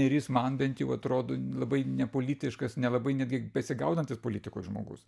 neris man bent jau atrodo labai nepolitiškas nelabai netgi besigaudantis politikos žmogus